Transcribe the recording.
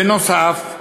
בנוסף,